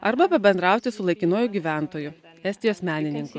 arba pabendrauti su laikinuoju gyventoju estijos menininku